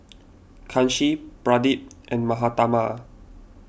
Kanshi Pradip and Mahatma